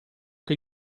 che